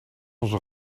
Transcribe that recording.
onze